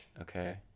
Okay